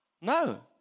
No